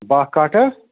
باہ کٹھ ہا